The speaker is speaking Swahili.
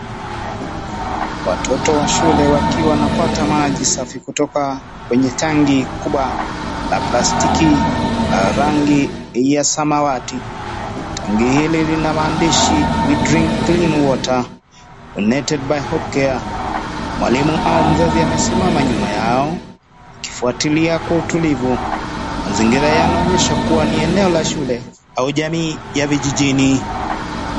Watoto wa shule wakiwa napata maji safi kutoka kwenye tangi kubwa la plastiki la rangi ya samawati. Tangi hili linamandishi, we drink clean water, donated by HopeCare. Mwalimu au mzazi amesimama nyuma yao akifuatilia kwa utulivu. Mazingira yanaonyesha kuwa ni eneo la shule au jamii ya vijijini.